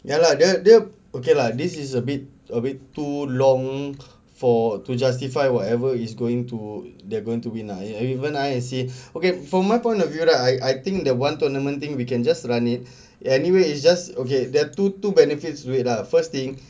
ya lah dia dia okay lah this is a bit a bit too long for to justify whatever is going to they're going to be naik even I see okay from my point of view right I I think the one tournament thing we can just run it anyway it's just okay there are two two benefits for it lah the first thing